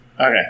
Okay